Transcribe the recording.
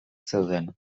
zeuden